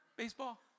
Baseball